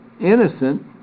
innocent